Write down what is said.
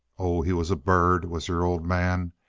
oh, he was a bird, was your old man.